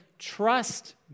trust